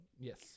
Yes